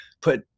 put